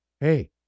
hey